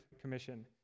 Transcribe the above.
Commission